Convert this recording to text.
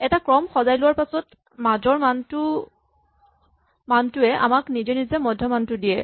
এটা ক্ৰম সজাই লোৱাৰ পাছত মাজৰ বিন্দুটোৱে আমাক নিজে নিজে মধ্যমানটো দিয়ে